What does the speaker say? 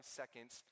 seconds